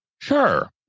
Sure